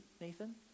Nathan